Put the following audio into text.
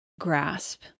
grasp